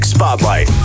Spotlight